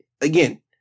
Again